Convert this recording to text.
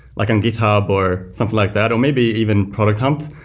like on github or something like that, or maybe even product hunt,